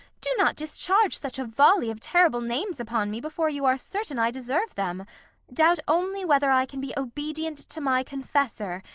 do not discharge such a volley of terrible names upon me before you are certain i deserve them doubt only whether i can be obedient to my confessor,